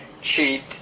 cheat